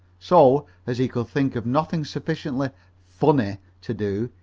so, as he could think of nothing sufficiently funny to do,